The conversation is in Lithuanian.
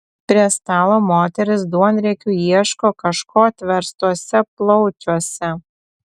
prie stalo moterys duonriekiu ieško kažko atverstuose plaučiuose